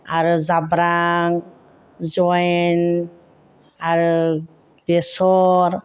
आरो जाब्रां आजवैन आरो बेसर